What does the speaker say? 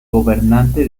gobernante